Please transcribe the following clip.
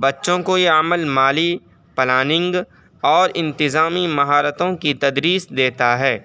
بچوں کو یہ عمل مالی پلاننگ اور اتنظامی مہارتوں کی تدریس دیتا ہے